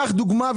קח דוגמה,